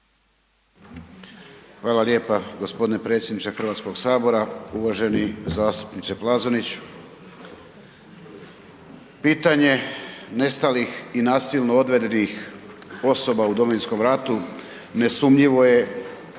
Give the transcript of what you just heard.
Hvala lijepa. Gospodine predsjedniče Hrvatskog sabora, uvaženi zastupniče Plazonić. Pitanje nestalih i nasilno odvedenih osoba u Domovinskom ratu nesumnjivo je